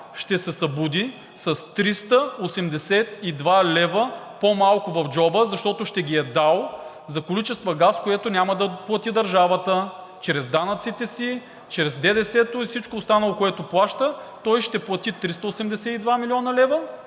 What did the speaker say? ще се събуди с 382 лв. по-малко в джоба, защото ще ги е дал за количества газ, които няма да плати държавата, а чрез данъците си, чрез ДДС и всичко останало, което плаща, той ще плати 382 лв.